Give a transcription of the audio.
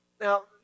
Now